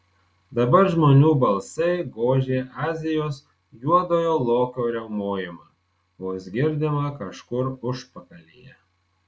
dabar žmonių balsai gožė azijos juodojo lokio riaumojimą vos girdimą kažkur užpakalyje